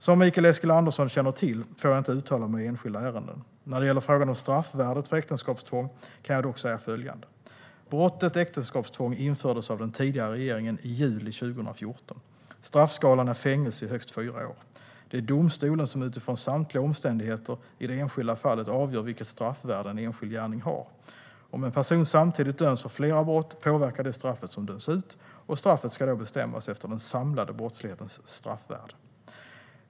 Som Mikael Eskilandersson känner till får jag inte uttala mig i enskilda ärenden. När det gäller frågan om straffvärdet för äktenskapstvång kan jag dock säga följande. Brottet äktenskapstvång infördes av den tidigare regeringen i juli 2014. Straffskalan är fängelse i högst fyra år. Det är domstolen som utifrån samtliga omständigheter i det enskilda fallet avgör vilket straffvärde en enskild gärning har. Om en person samtidigt döms för flera brott påverkar det straffet som döms ut, och straffet ska då bestämmas efter den samlade brottslighetens straffvärde.